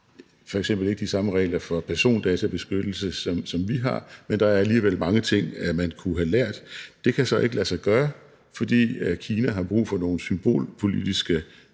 har f.eks. ikke de samme regler for persondatabeskyttelse, som vi har, men der er alligevel mange ting, man kunne have lært. Det kan så ikke lade sig gøre, fordi Kina har brug for at foretage nogle symbolpolitiske